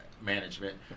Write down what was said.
management